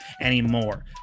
anymore